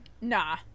Nah